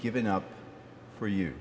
given up for you